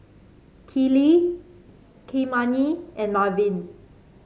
Kiley Kymani and Marvin